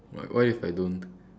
what what if I don't